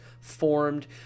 formed